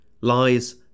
lies